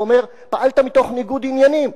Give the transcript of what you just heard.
ואומר: פעלת מתוך ניגוד עניינים.